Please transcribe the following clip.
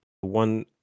one